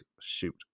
shoot